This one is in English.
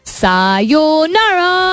sayonara